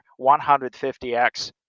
150x